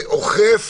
לאכוף